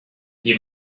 you